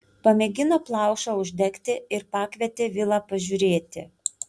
pamėgino plaušą uždegti ir pakvietė vilą pažiūrėti